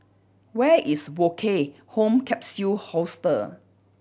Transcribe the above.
where is Woke Home Capsule Hostel